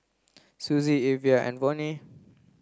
Sussie Evia and Vonnie